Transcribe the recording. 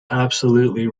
absolutely